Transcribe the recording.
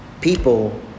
People